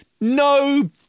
No